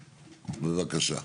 בבקשה.